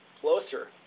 closer